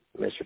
Mr